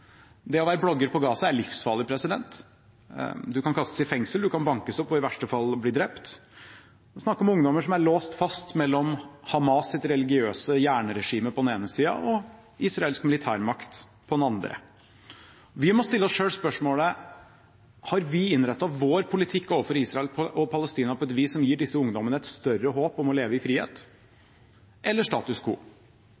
Det å være blogger på Gaza er livsfarlig. De kan kastes i fengsel, de kan bankes opp og i verste fall bli drept. Jeg snakket med ungdommer som er låst fast mellom Hamas’ religiøse jernregime på den ene siden og israelsk militærmakt på den andre. Vi må stille oss spørsmålet: Har vi innrettet vår politikk overfor Israel og Palestina på et vis som gir disse ungdommene et større håp om å leve i frihet,